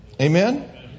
Amen